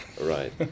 Right